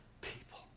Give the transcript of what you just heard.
people